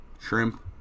shrimp